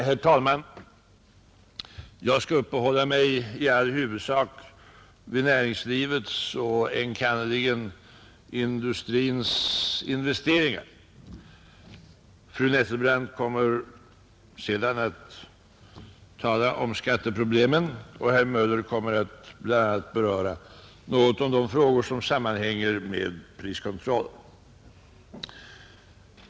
Herr talman! Jag skall i all huvudsak uppehålla mig vid näringslivets och enkannerligen industrins investeringar. Fru Nettelbrandt kommer sedan att tala om skatteproblemen och herr Möller kommer bl.a. att något beröra de frågor som sammanhänger med priskontroll.